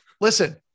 listen